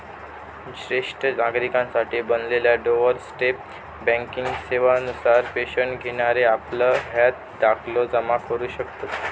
ज्येष्ठ नागरिकांसाठी बनलेल्या डोअर स्टेप बँकिंग सेवा नुसार पेन्शन घेणारे आपलं हयात दाखलो जमा करू शकतत